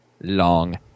long